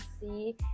see